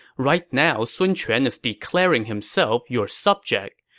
right now sun quan is declaring himself your subject.